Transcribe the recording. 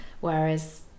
whereas